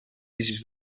uses